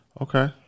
Okay